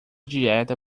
dieta